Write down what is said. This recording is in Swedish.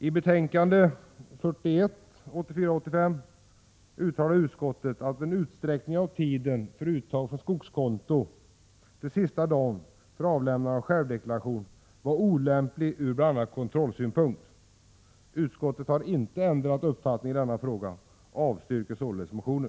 I betänkande 1984/85:41 uttalade utskottet att en utsträckning av tiden för uttag från skogskonto till sista dagen för avlämnande av självdeklaration var olämplig ur bl.a. kontrollsynpunkt. Utskottet har inte ändrat uppfattning i denna fråga och avstyrker således motionen.